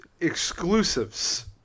exclusives